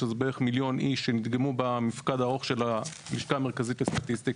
שזה בערך 1 מיליון איש שנדגמו במפקד הארוך של הלשכה המרכזית לסטטיסטיקה.